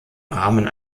rahmen